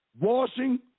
washing